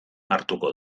hartuko